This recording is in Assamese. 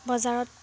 বজাৰত